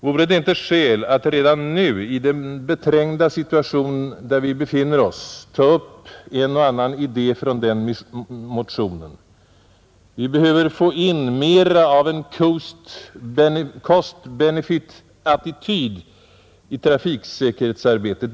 Vore det inte skäl att redan nu, i den beträngda situation där vi befinner oss, ta upp en och annan idé från den motionen? Vi behöver få in mera av en cost benefit-attityd i trafiksäkerhetsarbetet.